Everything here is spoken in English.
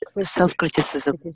self-criticism